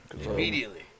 immediately